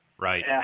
Right